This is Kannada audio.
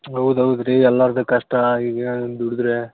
ಹೌದ್ ಹೌದ್ ರೀ ಎಲ್ಲಾರ್ದು ಕಷ್ಟ ಈಗ ದುಡಿದ್ರೆ